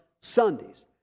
Sundays